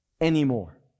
anymore